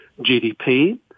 GDP